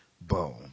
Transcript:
boom